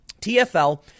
TFL